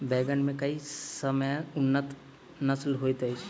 बैंगन मे केँ सबसँ उन्नत नस्ल होइत अछि?